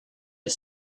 you